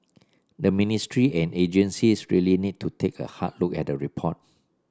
the ministry and agencies really need to take a hard look at the report